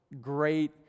great